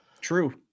True